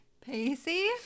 Pacey